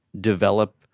develop